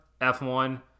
F1